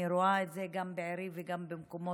אני רואה את זה גם בעירי וגם במקומות